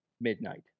midnight